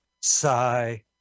Sigh